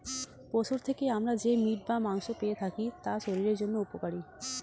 পশুর থেকে আমরা যে মিট বা মাংস পেয়ে থাকি তা শরীরের জন্য উপকারী